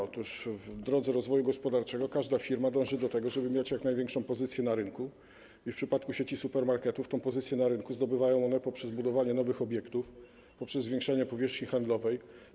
Otóż w drodze rozwoju gospodarczego każda firma dąży do tego, żeby mieć jak najlepszą pozycję na rynku i w przypadku sieci supermarketów tę pozycję na rynku zdobywają one poprzez budowanie nowych obiektów, poprzez zwiększanie powierzchni handlowej.